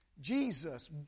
Jesus